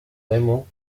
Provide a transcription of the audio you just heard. raymond